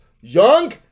young